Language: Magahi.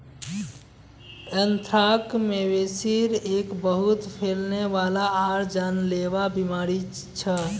ऐंथ्राक्, मवेशिर एक बहुत फैलने वाला आर जानलेवा बीमारी छ